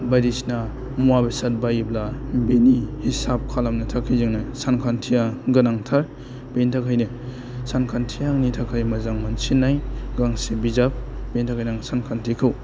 बायदिसिना मुवा बेसाद बायोब्ला बिनि हिसाब खालामनो थाखाय जोङो सानखान्थिया गोनांथार बिनि थाखायनो सानखान्थिया आंनि थाखाय मोजां मोनसिननाय गांसे बिजाब बेनि थाखायनो आं सानखान्थिखौ